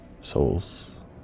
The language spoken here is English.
souls